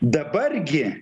dabar gi